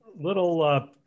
little